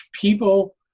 people